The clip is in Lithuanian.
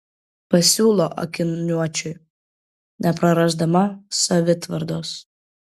pasiūlo akiniuočiui neprarasdama savitvardos